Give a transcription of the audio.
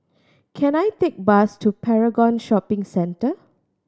can I take bus to Paragon Shopping Centre